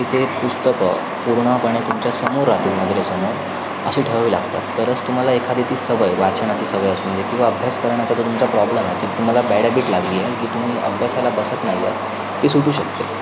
तिथे पुस्तकं पूर्णपणे तुमच्या समोर राहतील नजरेसमोर अशी ठेवावी लागतात तरच तुम्हाला एखादी ती सवय वाचनाची सवय असू दे किंवा अभ्यास करण्याचा जो तुमचा प्रॉब्लेम हे ती तुम्हाला बॅड हॅबिट लागली आहे की तुम्ही अभ्यासाला बसत नाहीत ती सुटू शकते